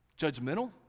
judgmental